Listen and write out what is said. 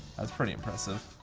that's pretty impressive.